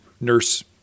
nurse